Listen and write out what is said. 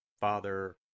Father